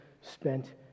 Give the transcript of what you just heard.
spent